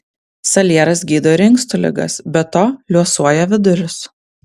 salieras gydo ir inkstų ligas be to liuosuoja vidurius